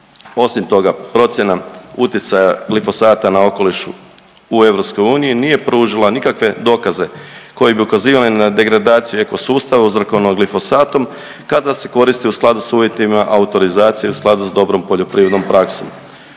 Osim toga, procjena utjecaja glifosata na okoliš u EU nije pružila nikakve dokaze koji bi ukazivali na degradaciju ekosustava uzrokovanog glifosatom kad ga se koristi u skladu s uvjetima autorizacije u skladu s dobrom poljoprivrednom praksom.